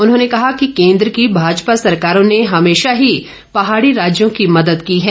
उन्होंने कहा कि केंद्र की भाजपा सरकारों ने हमेशा ही पहाड़ी राज्यों की मदद की है